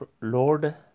Lord